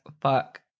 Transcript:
fuck